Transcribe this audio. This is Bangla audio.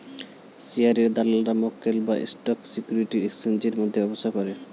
শেয়ারের দালালরা মক্কেল বা স্টক সিকিউরিটির এক্সচেঞ্জের মধ্যে ব্যবসা করে